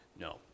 No